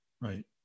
right